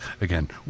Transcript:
again